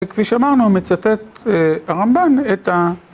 וכפי שאמרנו, מצטט הרמב"ם את ה...